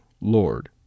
Lord